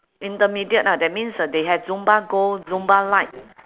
intermediate lah that means uh they have zumba gold zumba light